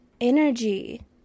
energy